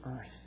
earth